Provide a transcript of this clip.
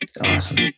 Awesome